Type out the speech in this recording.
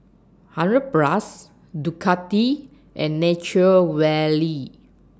hundred Plus Ducati and Nature Valley